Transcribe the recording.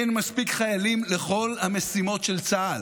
אין מספיק חיילים לכל המשימות של צה"ל.